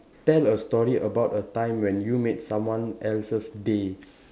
tell a story about a time when you made someone else's day